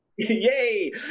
Yay